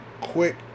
quick